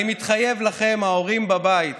אני מתחייב לכם, ההורים בבית: